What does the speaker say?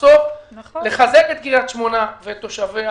בסוף לחזק את קריית שמונה ואת תושביה